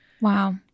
Wow